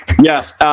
Yes